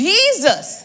Jesus